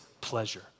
pleasure